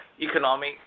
economic